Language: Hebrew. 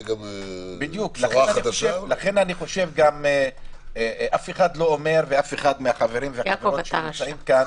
-- -לכן אני חושב שגם אף אחד לא אומר מהחברים שנמצאים כאן